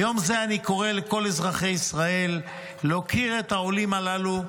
ביום זה אני קורא לכל אזרחי ישראל להוקיר את העולים הללו,